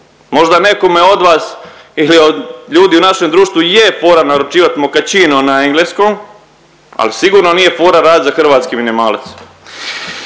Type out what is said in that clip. Možda nekome od vas ili od ljudi u našem društvu je fora naručivat mochaccino na engleskom ali sigurno nije fora radit za hrvatski minimalac.